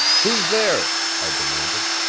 who's there? i demanded.